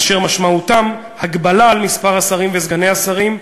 אשר משמעותם הגבלת מספר השרים וסגני השרים,